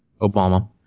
Obama